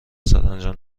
سرانجام